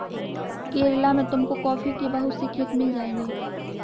केरला में तुमको कॉफी के बहुत से खेत मिल जाएंगे